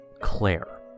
Claire